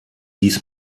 dies